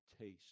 taste